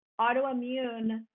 autoimmune